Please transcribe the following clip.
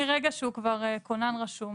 מהרגע שהוא כבר כונן רשום,